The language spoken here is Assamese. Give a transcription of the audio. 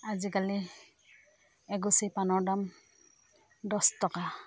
আজিকালি এগুচি পাণৰ দাম দছ টকা